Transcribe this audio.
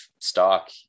stock